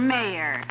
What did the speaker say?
Mayor